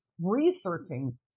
researching